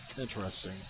Interesting